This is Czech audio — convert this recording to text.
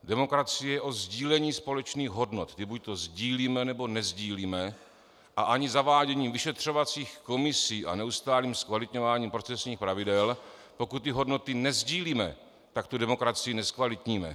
Demokracie je o sdílení společných hodnot, kdy buďto sdílíme, nebo nesdílíme, a ani zaváděním vyšetřovacích komisí a neustálým zkvalitňováním procesních pravidel pokud ty hodnoty nesdílíme, tak demokracii nezkvalitníme.